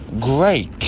great